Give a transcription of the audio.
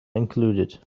included